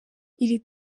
iri